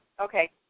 Okay